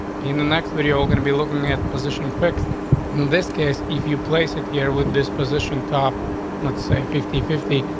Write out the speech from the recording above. in the next video are gonna be looking at position fixed in this case, if you place it here with this position, top not say fifty fifty.